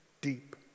deep